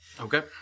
Okay